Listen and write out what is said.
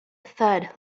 thud